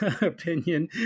opinion